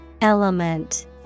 Element